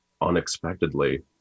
unexpectedly